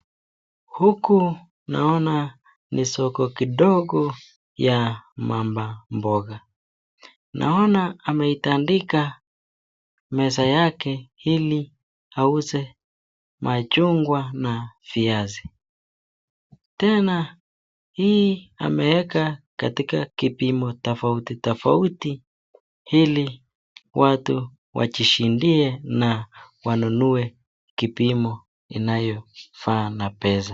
Huku naona ni soko kidogo ya mama mboga naona ameitandika meza yake ili auze machungwa na viazi. Tena ameweka kwa kipimo tofautitofauti ili watu wajishindie na wanunue kipimo inayofaa na pesa.